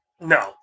No